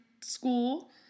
school